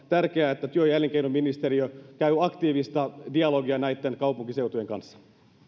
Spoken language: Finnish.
tärkeää että työ ja elinkeinoministeriö käy aktiivista dialogia näitten kaupunkiseutujen kanssa